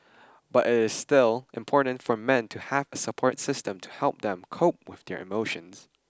but it is still important for men to have a support system to help them cope with their emotions